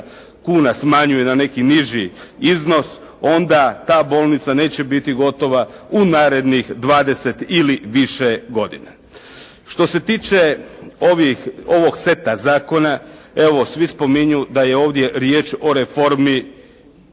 kuna smanjuje na neki niži iznos onda ta bolnica neće biti gotova u narednih 20 ili više godina. Što se tiče ovog seta zakona, evo svi spominju da je ovdje riječ o reformi